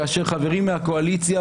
כאשר חברים מהקואליציה,